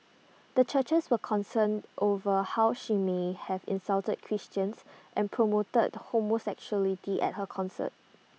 the churches were concerned over how she may have insulted Christians and promoted homosexuality at her concert